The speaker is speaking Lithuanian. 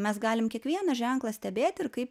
mes galim kiekvieną ženklą stebėti ir kaip